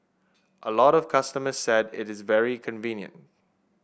a lot of customers said it is very convenient